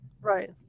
Right